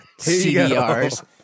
CDRs